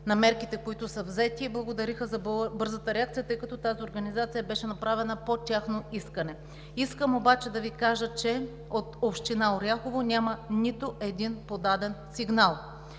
на мерките, които са взети, и благодариха за бързата реакция, тъй като тази организация беше направена по тяхно искане. Искам обаче да Ви кажа, че от община Оряхово няма нито един подаден сигнал.